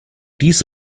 dies